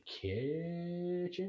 kitchen